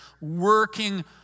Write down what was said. working